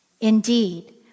Indeed